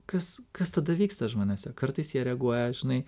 kas kas tada vyksta žmonėse kartais jie reaguoja žinai